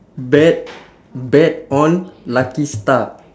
bet bet on lucky star